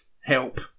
help